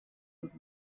und